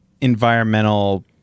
environmental